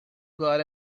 got